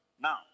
Now